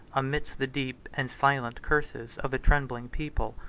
amidst the deep and silent curses of a trembling people,